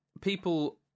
people